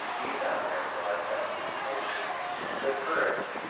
be thou, therefore, said he, o shimei, of good courage,